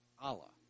Allah